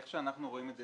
איך שאנחנו רואים את זה,